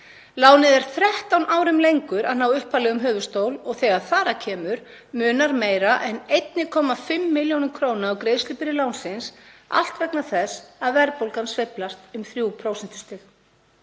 Lánið er 13 árum lengur að ná upphaflegum höfuðstól og þegar þar að kemur munar meira en 1,5 millj. kr. á greiðslubyrði lánsins, allt vegna þess að verðbólgan sveiflast um 3